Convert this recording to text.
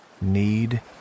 need